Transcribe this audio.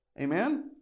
Amen